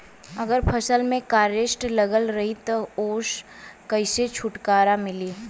अगर फसल में फारेस्ट लगल रही त ओस कइसे छूटकारा मिली?